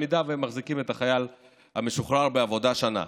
אם הם מחזיקים את החייל המשוחרר בעבודה שנה.